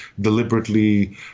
deliberately